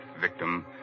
victim